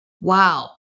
Wow